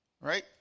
right